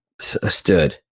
stood